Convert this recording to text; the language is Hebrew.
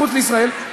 מחוץ לישראל.